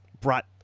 brought